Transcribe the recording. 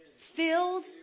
Filled